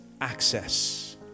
access